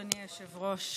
אדוני היושב-ראש,